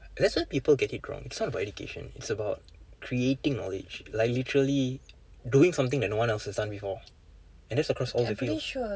that's where people get it wrong it's not about education it's about creating knowledge like literally doing something that no one else has done before and that's across all the P_H